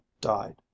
died